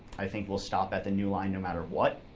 i think, will stop at the new line no matter what.